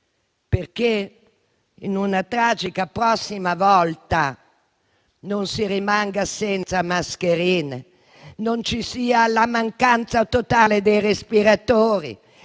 perché, in una tragica prossima volta, non si rimanga senza mascherine e non ci sia la mancanza totale dei respiratori,